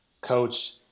coach